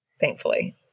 thankfully